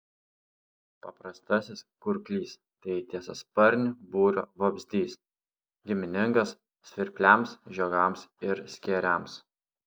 paprastasis kurklys tai tiesiasparnių būrio vabzdys giminingas svirpliams žiogams ir skėriams